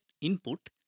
input